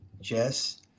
Jess